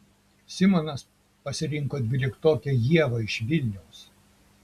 simonas pasirinko dvyliktokę ievą iš vilniaus